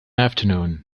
afternoon